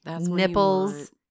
nipples